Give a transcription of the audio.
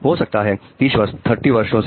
हो सकता है 30 वर्षों से